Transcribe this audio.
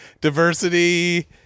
diversity